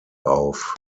auf